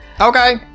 Okay